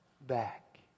back